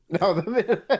no